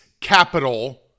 capital